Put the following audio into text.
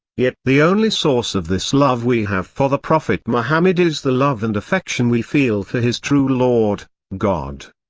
yet the only source of this love we have for the prophet muhammad is the love and affection we feel for his true lord, god.